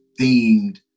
themed